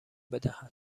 بدهد